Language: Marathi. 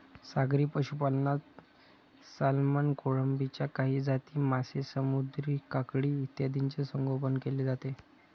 सागरी पशुपालनात सॅल्मन, कोळंबीच्या काही जाती, मासे, समुद्री काकडी इत्यादींचे संगोपन केले जाते